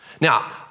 Now